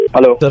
Hello